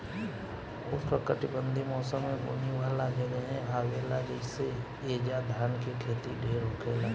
उष्णकटिबंधीय मौसम में बुनी वाला जगहे आवेला जइसे ऐजा धान के खेती ढेर होखेला